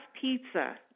Pizza